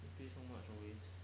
you pay so much always